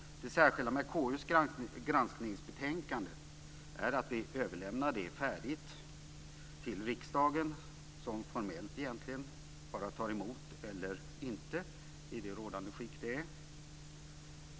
Det särskilda med KU:s granskningsbetänkande är att vi överlämnar det färdigt till riksdagen som formellt egentligen bara tar emot eller inte i det rådande skick det är.